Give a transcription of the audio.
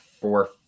four